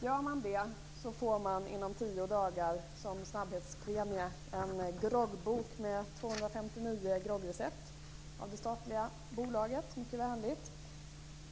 Gör man det får man inom tio dagar som snabbhetspremie en groggbok med 259 groggrecept från det statliga bolaget - mycket vänligt.